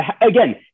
again